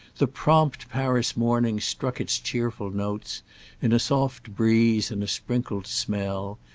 the prompt paris morning struck its cheerful notes in a soft breeze and a sprinkled smell,